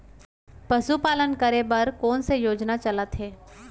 पशुपालन करे बर कोन से योजना चलत हे?